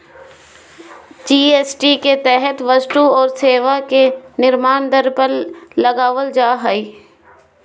GST के तहत वस्तु और सेवा के निम्न दर पर लगल जा हइ